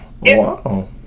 Wow